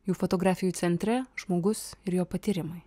jų fotografijų centre žmogus ir jo patyrimai